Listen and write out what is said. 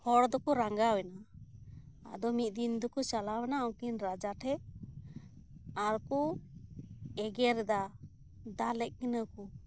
ᱦᱚᱲ ᱫᱚᱠᱚ ᱨᱟᱸᱜᱟᱣ ᱮᱱᱟ ᱟᱫᱚ ᱢᱤᱫ ᱫᱤᱱ ᱫᱚᱠᱚ ᱪᱟᱞᱟᱣᱱᱟ ᱩᱱᱠᱤᱱ ᱨᱟᱡᱟ ᱴᱷᱮᱱ ᱟᱨ ᱠᱚ ᱮᱜᱮᱨ ᱫᱟ ᱫᱟᱞᱮᱫ ᱠᱤᱱᱟᱹ ᱠᱚ